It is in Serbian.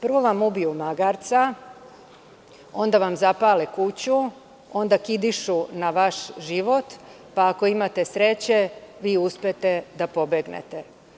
Prvo vam ubiju magarca, onda vam zapale kuću, onda kidišu na vaš život, pa ako imate sreće vi uspete da pobegnete.